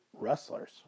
wrestlers